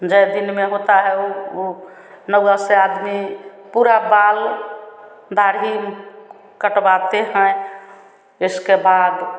जै दिन में होता है वह वह नौआ से आदमी पूरा बाल दाढ़ी कटवाते हैं इसके बाद